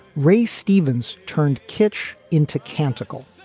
ray stevens turned kitch into canticle.